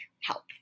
help